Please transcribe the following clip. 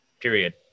Period